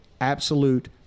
absolute